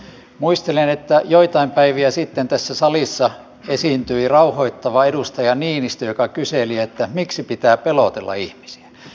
muistelen että joitain päiviä sitten tässä salissa esiintyi rauhoittava edustaja niinistö joka kyseli miksi pitää pelotella ihmisiä